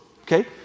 Okay